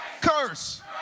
curse